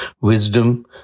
Wisdom